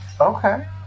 Okay